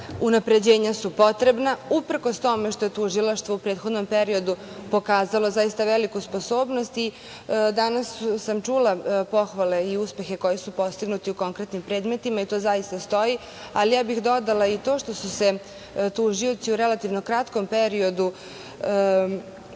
velika. Unapređenja su potrebna, uprkos tome što je tužilaštvo u prethodnom periodu pokazalo zaista veliku sposobnost. Danas sam čula pohvale i uspehe koji su postignuti u konkretnim predmetima i to zaista stoji, ali ja bih dodala i to što su se tužioci u relativno kratkom periodu